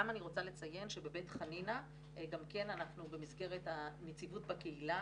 אני רוצה לציין שבבית חנינא גם כן אנחנו במסגרת הנציבות בקהילה